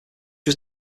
was